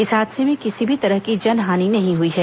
इस हादसे में किसी भी तरह की जनहानि नहीं हुई हैं